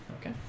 Okay